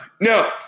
no